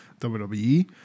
WWE